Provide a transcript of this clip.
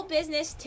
Business